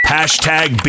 Hashtag